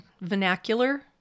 vernacular